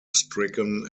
stricken